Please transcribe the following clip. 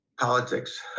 Politics